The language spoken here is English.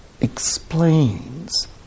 explains